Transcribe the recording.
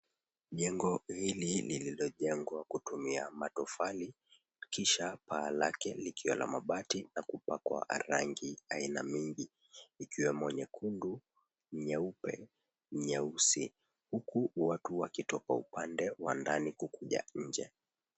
Jengo hili lililojengwa kutumia matofali, kisha paa lake likiwa la mabati na kupakwa rangi aina mingi. Ikiwemo nyekundu, nyeupe, nyeusi huku watu wakitoka upande wa ndani kukuja nje.